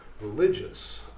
religious